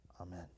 amen